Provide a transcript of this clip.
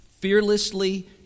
Fearlessly